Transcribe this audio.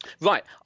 Right